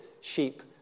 sheep